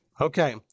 Okay